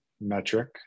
metric